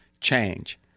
change